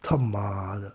他妈的